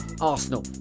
Arsenal